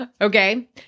Okay